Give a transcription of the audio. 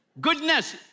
Goodness